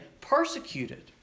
persecuted